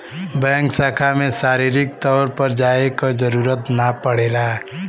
bank शाखा में शारीरिक तौर पर जाये क जरुरत ना पड़ेला